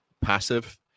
passive